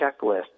checklist